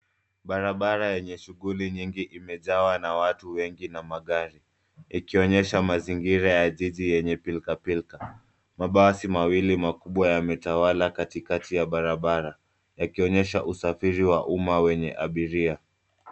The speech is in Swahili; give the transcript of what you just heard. Barabara yenye shughuli nyingi imejawa na watu wengi na magari ikionyesha mazingira ya jiji yenye pilkapilka. Mabasi mawili makubwa yametawala katikati ya barabara yakionyesha usafiri wa umma wenye abiria.